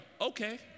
okay